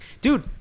Dude